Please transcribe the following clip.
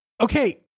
okay